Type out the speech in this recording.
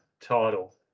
title